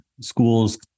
schools